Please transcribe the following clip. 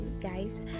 guys